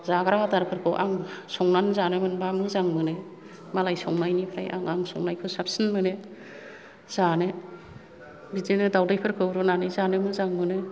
जाग्रा आदारफोरखौ आं संनानै जानो मोनबा मोजां मोनो मालाय संनायनिफ्राय आं आं संनायखौ साबसिन मोनो जानो बिदिनो दावदैफोरखौ रुनानै जानो मोजां मोनो